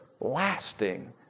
lasting